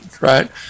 right